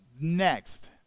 next